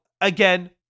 again